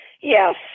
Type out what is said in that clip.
Yes